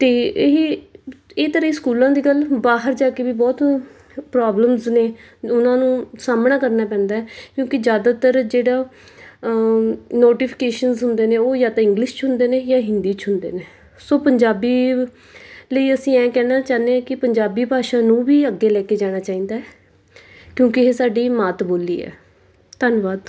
ਅਤੇ ਇਹ ਇਹ ਤਾਂ ਰਹੀ ਸਕੂਲਾਂ ਦੀ ਗੱਲ ਬਾਹਰ ਜਾ ਕੇ ਵੀ ਬਹੁਤ ਪ੍ਰੋਬਲਮਸ ਨੇ ਉਹਨਾਂ ਨੂੰ ਸਾਹਮਣਾ ਕਰਨਾ ਪੈਂਦਾ ਕਿਉਂਕਿ ਜ਼ਿਆਦਾਤਰ ਜਿਹੜਾ ਨੋਟੀਫਿਕੇਸ਼ਨਸ ਹੁੰਦੇ ਨੇ ਉਹ ਜਾਂ ਤਾਂ ਇੰਗਲਿਸ਼ 'ਚ ਹੁੰਦੇ ਨੇ ਜਾਂ ਹਿੰਦੀ 'ਚ ਹੁੰਦੇ ਨੇ ਸੋ ਪੰਜਾਬੀ ਲਈ ਅਸੀਂ ਇਹ ਕਹਿਣਾ ਚਾਹੁੰਦੇ ਹਾਂ ਕਿ ਪੰਜਾਬੀ ਭਾਸ਼ਾ ਨੂੰ ਵੀ ਅੱਗੇ ਲੈ ਕੇ ਜਾਣਾ ਚਾਹੀਦਾ ਕਿਉਂਕਿ ਇਹ ਸਾਡੀ ਮਾਤ ਬੋਲੀ ਹੈ ਧੰਨਵਾਦ